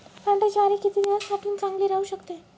पांढरी ज्वारी किती दिवस साठवून चांगली राहू शकते?